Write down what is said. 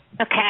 Okay